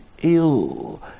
ill